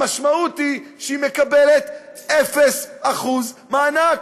המשמעות היא שהיא מקבלת אפס אחוז מענק,